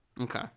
Okay